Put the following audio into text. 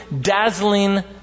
dazzling